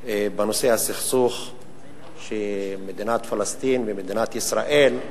בנושא הסכסוך של מדינת פלסטין ומדינת ישראל,